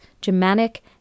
Germanic